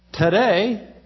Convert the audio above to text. Today